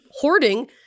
hoarding